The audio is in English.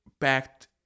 backed